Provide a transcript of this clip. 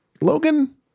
Logan